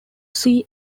sea